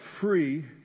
free